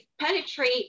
penetrate